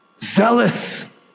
zealous